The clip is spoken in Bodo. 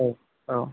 औ औ